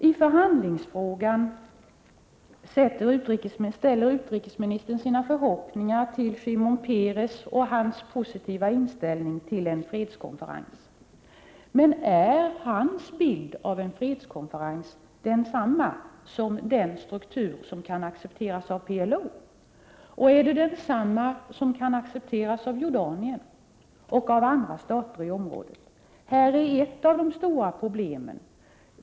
I förhandlingsfrågan ställer utrikesministern sina förhoppningar till Shimon Peres och hans positiva inställning till en fredskonferens. Men är hans bild av en fredskonferens densamma som den struktur som kan accepteras av PLO? Är den densamma som kan accepteras av Jordanien och andra stater i området? Detta är ett av de stora problemen.